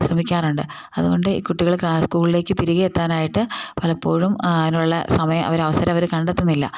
ശ്രമിക്കാറുണ്ട് അതുകൊണ്ട് ഈ കുട്ടികൾ സ്കൂളിലേക്ക് തിരികെ എത്താനായിട്ട് പലപ്പോഴും അതിനുള്ള സമയം അവർ അവസരം അവർ കണ്ടെത്തുന്നില്ല